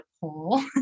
poll